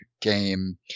game